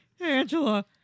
Angela